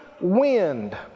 Wind